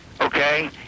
Okay